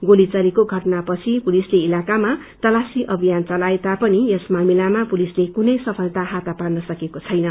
गोली चलेको घटनापछि पुलिसले इलाकामा तलाशी अभियान चलाए तापनि आज विहानसम्म यस मामिलमा पुलिसले कुनै सफलता हात पार्न सकेको छैन